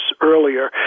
earlier